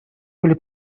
были